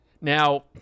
Now